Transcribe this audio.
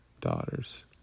daughters